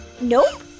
Nope